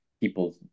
people